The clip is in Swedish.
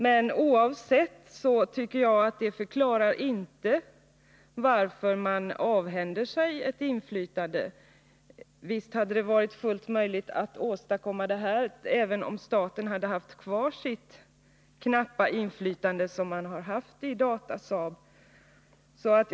Men det förklarar ändå inte varför man avhänder sig ett inflytande för staten. Visst hade det varit fullt möjligt att åstadkomma ett samgående även om staten hade haft kvar det knappa inflytande som man har haft på Datasaab!